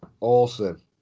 Awesome